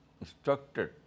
instructed